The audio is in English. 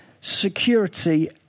security